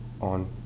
on